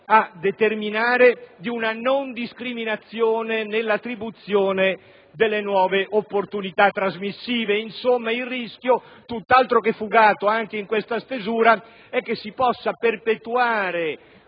a determinare - di una non discriminazione nell'attribuzione delle nuove opportunità trasmissive. Insomma, il rischio, tutt'altro che fugato anche nella presente stesura, è che si possa perpetuare